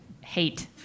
hate